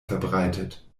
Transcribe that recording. verbreitet